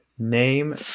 Name